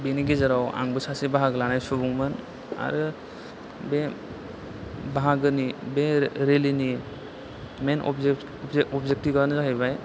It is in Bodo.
बेनि गेजेराव आंबो सासे बाहागो लानाय सुबुंमोन आरो बे बाहागोनि बे रिलिनि मेन अबजेतिबानो जाहैबाय